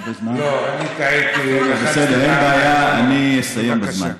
טעיתי ולחצתי, אין בעיה, אני אסיים בזמן.